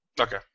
Okay